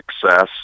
Success